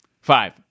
Five